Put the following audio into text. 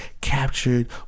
captured